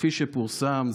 כפי שפורסם.